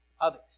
others